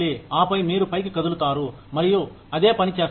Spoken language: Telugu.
ఆపై మీరు పైకి కదులుతారు మరియు అదే పని చేస్తారు